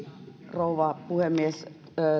rouva puhemies